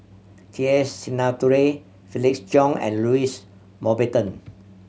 T S Sinnathuray Felix Cheong and Louis Mountbatten